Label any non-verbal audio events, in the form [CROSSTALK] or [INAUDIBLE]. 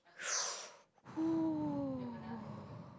[NOISE] !whoo!